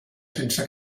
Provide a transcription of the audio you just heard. sense